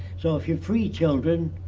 so if you free children,